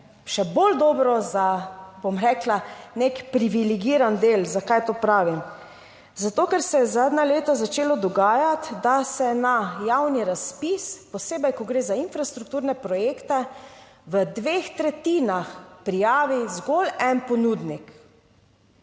za, bom rekla, nek privilegiran del. Zakaj to pravim? Zato, ker se je zadnja leta začelo dogajati, da se na javni razpis, posebej ko gre za infrastrukturne projekte, v dveh tretjinah prijavi zgolj en ponudnik.